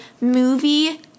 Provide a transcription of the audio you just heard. movie